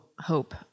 hope